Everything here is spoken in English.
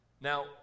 Now